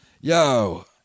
Yo